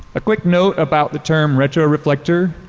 a quick note about the term retroreflector.